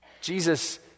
Jesus